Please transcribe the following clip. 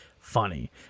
Funny